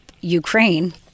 Ukraine